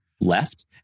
left